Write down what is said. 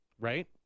right